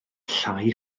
llai